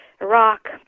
Iraq